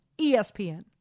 ESPN